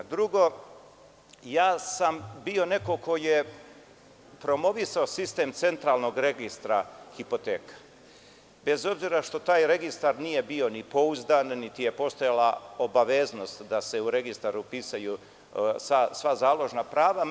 Drugo, bio sam neko ko je promovisao sistem centralnog registra hipoteka, bez obzira što taj registar nije bio ni pouzdan, niti je postojala obaveznost da se u registar upisuju sva založna prava.